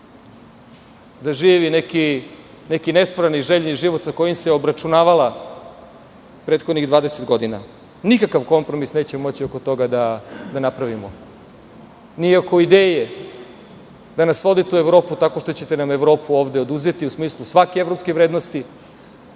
da živi neki nestvarni željni život sa kojim se obračunavala prethodnih 20 godina. Nikakav kompromis nećemo moći oko toga da napravimo, Nni oko ideje da nas vodite u Evropu, tako što ćete nam Evropu ovde oduzeti u smislu svake evropske vrednosti,